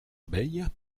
abeille